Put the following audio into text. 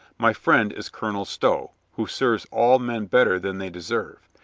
my friend is colonel stow, who serves all men better than they deserve.